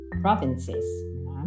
provinces